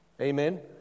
Amen